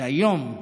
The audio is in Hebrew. שהיום,